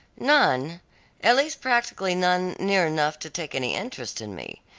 none at least practically none near enough to take any interest in me.